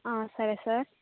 సరే సార్